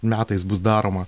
metais bus daroma